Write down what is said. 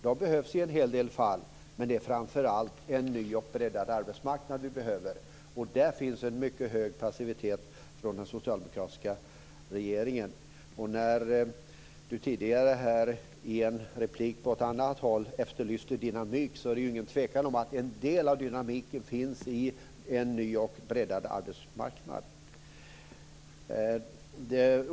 De behövs i en hel del fall, men det är framför allt en ny och breddad arbetsmarknad som vi behöver. Och i det sammanhanget finns det en mycket stor passivitet hos den socialdemokratiska regeringen. Sven-Erik Österberg efterlyste tidigare i en replik dynamik. Det är ingen tvekan om att en del av dynamiken finns i en ny och breddad arbetsmarknad.